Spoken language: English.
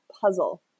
puzzle